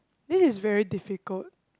this is very difficult